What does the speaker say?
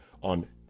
on